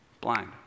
Blind